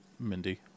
Mindy